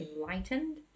enlightened